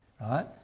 right